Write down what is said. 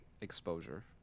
exposure